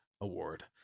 Award